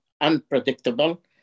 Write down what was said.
unpredictable